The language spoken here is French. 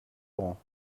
laurent